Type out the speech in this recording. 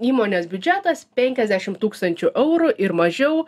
įmonės biudžetas penkiasdešim tūkstančių eurų ir mažiau